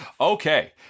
Okay